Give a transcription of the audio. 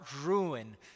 ruin